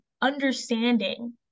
understanding